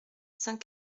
saint